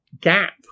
gap